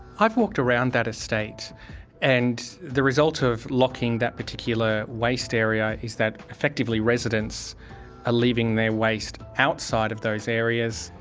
i've walked around that estate and the result of locking that particular waste area is that effectively residents are ah leaving their waste outside of those areas.